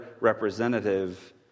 representative